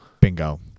Bingo